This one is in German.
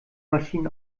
maschinen